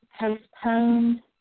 postponed